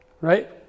Right